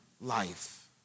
life